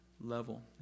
level